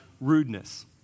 rudeness